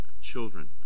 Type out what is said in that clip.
Children